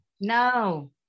No